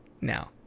now